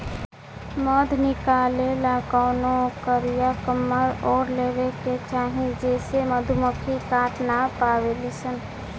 मध निकाले ला कवनो कारिया कमर ओढ़ लेवे के चाही जेसे मधुमक्खी काट ना पावेली सन